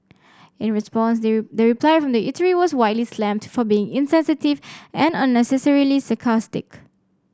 in response the the reply from the eatery was widely slammed for being insensitive and unnecessarily sarcastic